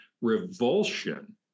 revulsion